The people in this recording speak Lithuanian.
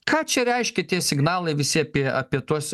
ką čia reiškia tie signalai visi apie apie tuos